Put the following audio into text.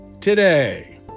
Today